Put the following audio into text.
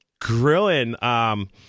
grilling